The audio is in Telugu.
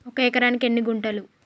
ఒక ఎకరానికి ఎన్ని గుంటలు?